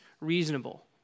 reasonable